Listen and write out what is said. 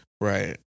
Right